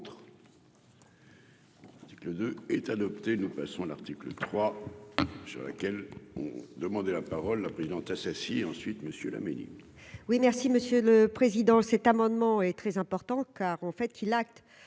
Claude est adopté, nous passons à l'article 3 sur laquelle ont demandé la parole, la présidente Assassi ensuite monsieur la. Oui, merci Monsieur le Président, cet amendement est très important car en fait qui l'acte